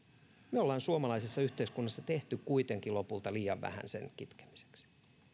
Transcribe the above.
me olemme suomalaisessa yhteiskunnassa tehneet kuitenkin lopulta liian vähän sen kitkemiseksi